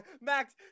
Max